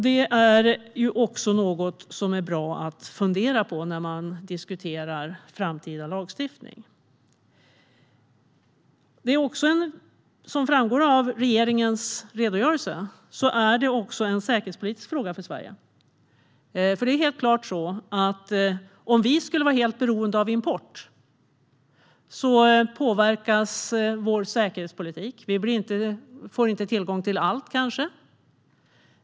Detta är bra att fundera över när man diskuterar framtida lagstiftning. Som framgår av regeringens redogörelse är det också en säkerhetspolitisk fråga för Sverige. Om vi skulle vara helt beroende av import påverkas vår säkerhetspolitik. Vi får kanske inte tillgång till allt.